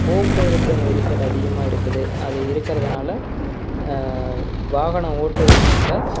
போக்குவரத்து நெரிசல் அதிகமாக இருக்குது அது இருக்கறதுனால் வாகனம் ஓட்டுறவர்ட்ட